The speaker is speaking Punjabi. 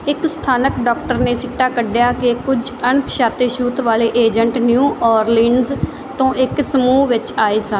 ਇੱਕ ਸਥਾਨਕ ਡਾਕਟਰ ਨੇ ਸਿੱਟਾ ਕੱਢਿਆ ਕਿ ਕੁੱਝ ਅਣਪਛਾਤੇ ਛੂਤ ਵਾਲੇ ਏਜੰਟ ਨਿਊ ਓਰਲੀਨਜ਼ ਤੋਂ ਇੱਕ ਸਮੂਹ ਵਿੱਚ ਆਏ ਸਨ